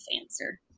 answer